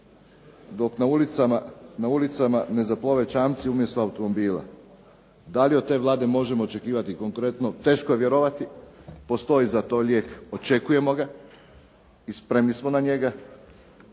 dok na ulicama ne zaplove čamci umjesto automobila. Da li od te Vlade možemo očekivati konkretno teško je vjerovati. Postoji za to lijek, očekujemo ga i spremni smo na njega